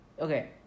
Okay